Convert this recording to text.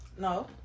No